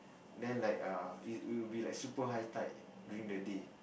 then like err it will be like super high tide during the day